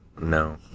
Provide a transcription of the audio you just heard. No